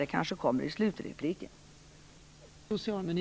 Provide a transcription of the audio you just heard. Det kanske kommer i slutrepliken.